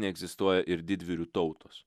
neegzistuoja ir didvyrių tautos